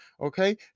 okay